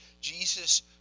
Jesus